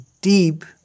deep